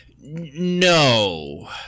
No